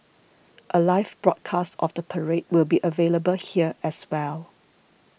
a live broadcast of the parade will be available here as well